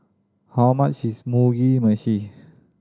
how much is Mugi Meshi